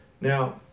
Now